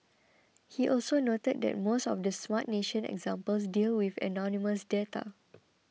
he also noted that most of the Smart Nation examples deal with anonymous data